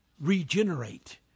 regenerate